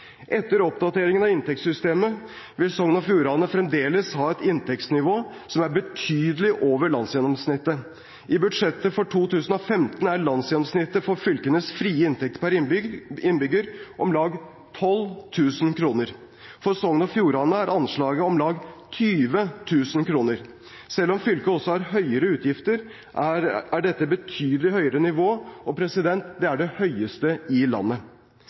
Etter oppdateringen av inntektssystemet vil Sogn og Fjordane fremdeles ha et inntektsnivå som er betydelig over landsgjennomsnittet. I budsjettet for 2015 er landsgjennomsnittet for fylkenes frie inntekter per innbygger om lag 12 000 kr. For Sogn og Fjordane er anslaget om lag 20 000 kr. Selv om fylket også har høyere utgifter, er dette et betydelig høyere nivå, og det er det høyeste i landet.